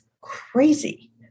crazy